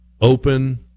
open